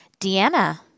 Deanna